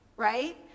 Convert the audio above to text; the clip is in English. right